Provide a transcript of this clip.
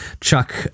Chuck